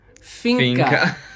Finca